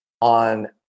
on